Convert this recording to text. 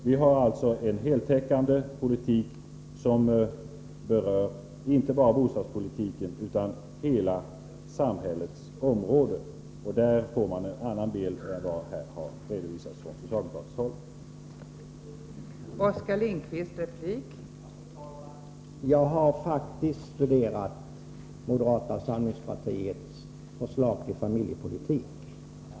Vi för en heltäckande politik, som berör inte bara bostadsmarknaden utan hela samhället. Tar man hänsyn till detta, får man en helt annan bild av moderaternas politik än den som här har redovisats från socialdemokratiskt håll.